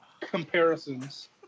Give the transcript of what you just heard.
comparisons